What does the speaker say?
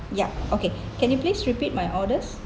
yup okay can you please repeat my orders